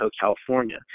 California